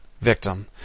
victim